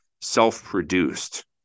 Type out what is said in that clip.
self-produced